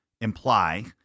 imply